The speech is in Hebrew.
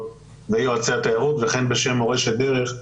ויועצי התיירות וכן בשם "מורשת דרך",